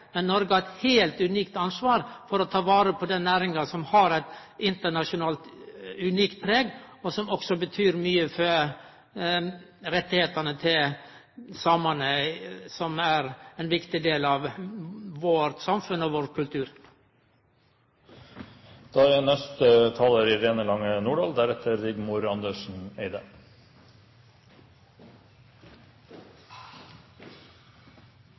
men Noreg har eit heilt unikt ansvar for å ta vare på denne næringa, som internasjonalt har eit unikt preg, og som også betyr mykje for rettane til samane, som er ein viktig del av vårt samfunn og vår kultur. Reindriften som næring, kultur og livsform er unik og fortjener positiv oppmerksomhet. Det er derfor viktig at tiltakene i